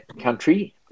country